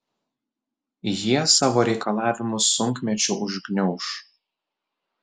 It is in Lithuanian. jie savo reikalavimus sunkmečiu užgniauš